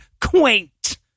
quaint